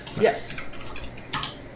Yes